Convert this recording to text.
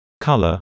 Color